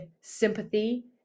sympathy